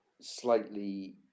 slightly